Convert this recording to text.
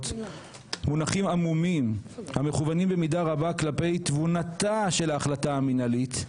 מונחים עמומים המכוונים במידה רבה כלפי תבונתה של ההחלטה המינהלית.